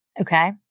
Okay